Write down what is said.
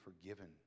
forgiven